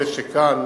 אלה שכאן